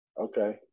Okay